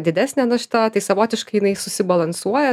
didesnė našta tai savotiškai jinai susibalansuoja